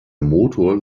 motor